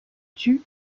tut